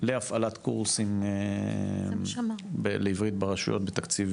להפעלת קורסים לעברית ברשויות בתקציב